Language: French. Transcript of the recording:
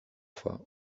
fois